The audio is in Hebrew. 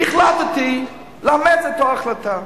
החלטתי לאמץ את אותה החלטה,